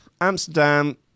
Amsterdam